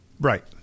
Right